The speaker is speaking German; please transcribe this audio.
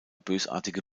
bösartige